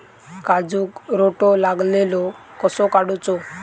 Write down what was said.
काजूक रोटो लागलेलो कसो काडूचो?